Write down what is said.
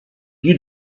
you